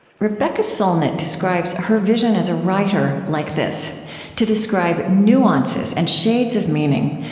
rebecca solnit describes her vision as a writer like this to describe nuances and shades of meaning,